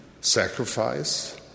sacrifice